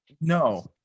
No